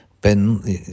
Ben